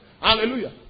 Hallelujah